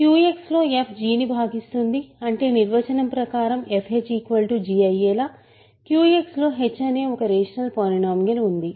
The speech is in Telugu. QX లో f g ను భాగిస్తుంది అంటే నిర్వచనం ప్రకారం fh g అయ్యేలా QX లో h అనే ఒక రేషనల్ పాలినోమియల్ ఉంది